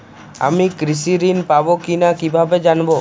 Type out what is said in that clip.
আমি কৃষি ঋণ পাবো কি না কিভাবে জানবো?